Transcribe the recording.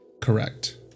Correct